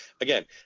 again